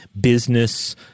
business